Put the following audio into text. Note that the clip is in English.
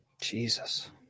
Jesus